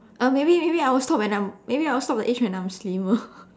uh maybe maybe I will stop when I'm maybe I will stop the age when I'm slimmer